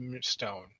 stone